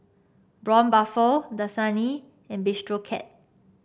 Braun Buffel Dasani and Bistro Cat